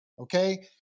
okay